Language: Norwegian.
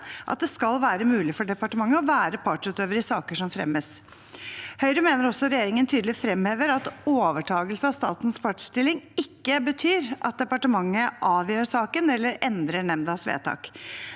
at det skal være mulig for departementet å være partsutøver i saker som fremmes. Høyre mener også regjeringen tydelig fremhever at overtakelse av statens partsstilling ikke betyr at departementet avgjør saken eller endrer nemndas vedtak.